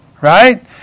Right